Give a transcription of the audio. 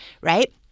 right